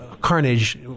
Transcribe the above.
carnage